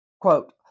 Quote